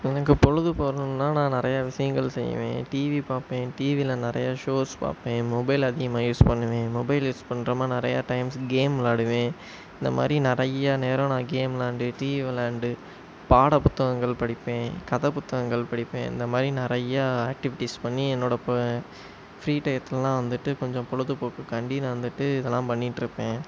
எனக்கு பொழுதுபோகணுன்னா நான் நிறையா விஷயங்கள் செய்வேன் டிவி பார்ப்பேன் டிவியில் நிறையா ஷோஸ் பார்ப்பேன் மொபைல் அதிகமாக யூஸ் பண்ணுவேன் மொபைல் யூஸ் பண்றோமா நிறையா டைம்ஸ் கேம் விளாடுவேன் இந்த மாதிரி நிறையா நேரம் நான் கேம் விளாண்டு டிவி விளாண்டு பாட புத்தகங்கள் படிப்பேன் கதை புத்தகங்கள் படிப்பேன் அந்த மாதிரி நிறையா ஆக்டிவிட்டீஸ் பண்ணி என்னோட ஃப்ரீ டையத்துலலாம் வந்துவிட்டு கொஞ்சம் பொழுதுபோக்குக்காண்டி நான் வந்துவிட்டு இதெல்லாம் பண்ணிகிட்ருப்பேன்